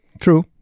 true